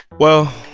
well,